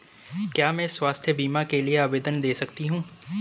क्या मैं स्वास्थ्य बीमा के लिए आवेदन दे सकती हूँ?